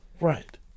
Right